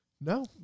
No